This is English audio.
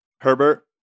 Herbert